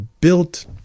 built